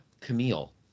Camille